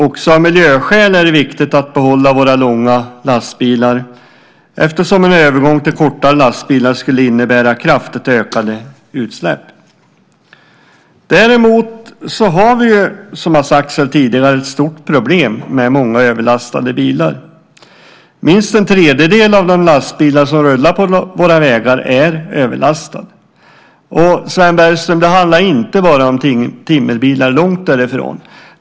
Också av miljöskäl är det viktigt att behålla våra långa lastbilar eftersom en övergång till kortare lastbilar skulle innebära kraftigt ökade utsläpp. Däremot har vi, som också sagts tidigare, ett stort problem med många överlastade bilar. Minst en tredjedel av de lastbilar som rullar på våra vägar är överlastade, och Sven Bergström, det handlar inte bara om timmerbilar - långt därifrån.